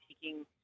taking